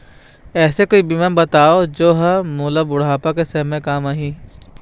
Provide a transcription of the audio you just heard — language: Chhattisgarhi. ऐसे कोई बीमा बताव जोन हर मोला बुढ़ापा के समय काम आही?